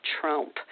Trump